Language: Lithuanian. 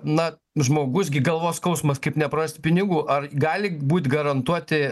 na žmogus gi galvos skausmas kaip neprarasti pinigų ar gali būt garantuoti